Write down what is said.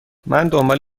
دنبال